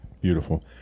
Beautiful